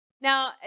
Now